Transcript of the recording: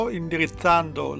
indirizzando